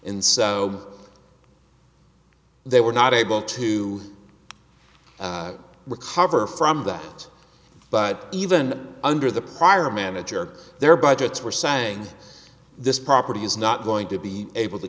in so they were not able to recover from that but even under the prior manager their budgets were saying this property is not going to be able to